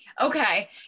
Okay